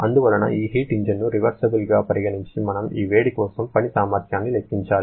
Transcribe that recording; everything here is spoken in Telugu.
అందువలన ఈ హీట్ ఇంజిన్ను రివర్సిబుల్గా పరిగణించి మనము ఈ వేడి కోసం పని సామర్థ్యాన్ని లెక్కించాలి